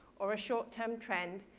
or a short-term trend,